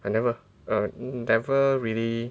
I never err I never really